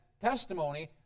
testimony